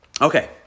Okay